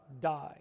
Die